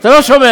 אתה לא שומע.